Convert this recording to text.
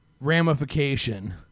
ramification